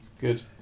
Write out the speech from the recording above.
Good